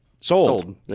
Sold